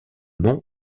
nom